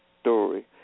Story